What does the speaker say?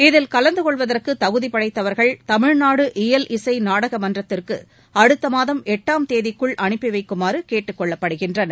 இதில் கலந்து கொள்வதற்கு தகுதி படைத்தவர்கள் தமிழ்நாடு இயல் இசை நாடக மன்றத்திற்கு அடுத்த மாதம் எட்டாம் தேதிக்குள் அனுப்பி வைக்குமாறு கேட்டுக்கொள்ளப்படுகின்றனர்